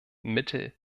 mittel